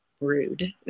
rude